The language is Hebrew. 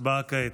הצבעה כעת.